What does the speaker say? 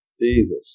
Jesus